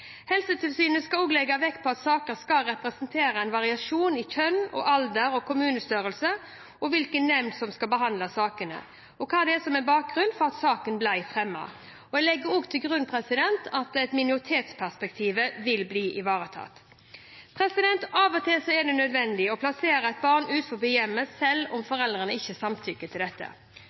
Helsetilsynet skal legge vekt på at sakene skal representere en variasjon i kjønn, alder, kommunestørrelse, hvilken nemnd som har behandlet saken, og hva som er bakgrunnen for at saken ble fremmet. Jeg legger også til grunn at minoritetsperspektivet vil bli ivaretatt. Av og til er det nødvendig å plassere et barn utenfor hjemmet selv om foreldrene ikke samtykker til dette.